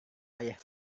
ayah